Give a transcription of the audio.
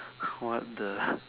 what the